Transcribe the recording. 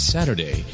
Saturday